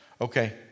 Okay